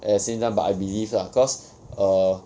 at the same but I believe lah cause err